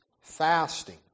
fasting